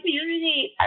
community